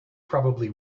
probably